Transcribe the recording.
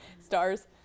Stars